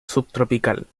subtropical